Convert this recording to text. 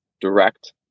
direct